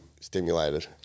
stimulated